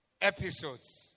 episodes